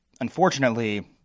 unfortunately